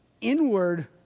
inward